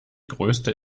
größte